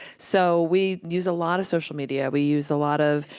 so we use a lot of social media. we use a lot of,